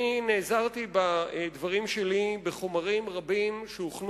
אני נעזרתי בדברים שלי בחומרים רבים שהכינו